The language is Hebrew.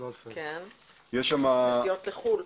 נסיעות לחול.